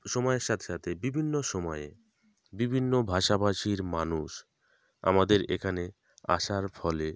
সময়ের সাথে সাথে বিভিন্ন সময়ে বিভিন্ন ভাষাভাষীর মানুষ আমাদের এখানে আসার ফলে